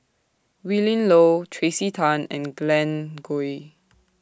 Willin Low Tracey Tan and Glen Goei